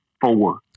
four